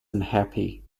unhappy